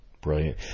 Brilliant